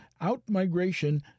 out-migration